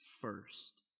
first